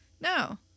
No